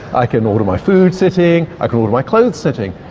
i can order my food sitting, i can order my clothes sitting.